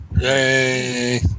Yay